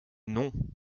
non